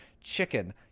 chicken